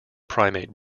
primate